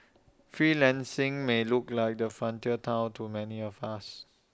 freelancing may look like the frontier Town to many of us